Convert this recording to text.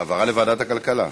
העברה לוועדת הכלכלה,